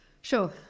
Sure